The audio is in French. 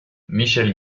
michèle